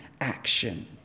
action